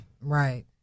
Right